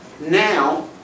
now